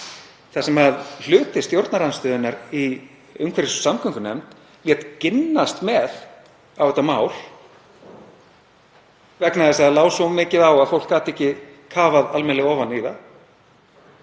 þar sem hluti stjórnarandstöðunnar í umhverfis- og samgöngunefnd lét ginnast með á þetta mál vegna þess að það lá svo mikið á að fólk gat ekki kafað almennilega ofan í það.